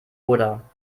oder